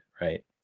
right